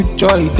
joy